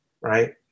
right